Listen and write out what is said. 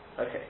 Okay